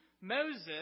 Moses